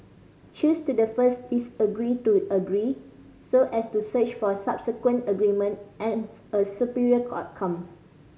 choose to the first disagree to agree so as to search for subsequent agreement and a superior outcome